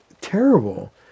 terrible